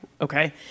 okay